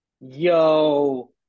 yo